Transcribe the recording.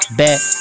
bet